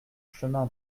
chemin